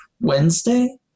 Wednesday